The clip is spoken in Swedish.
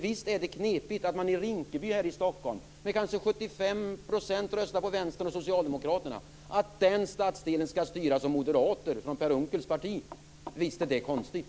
Visst är det knepigt att Rinkeby här i Stockholm, där kanske 75 % av invånarna röstar på Vänstern och Per Unckels parti. Visst är det konstigt.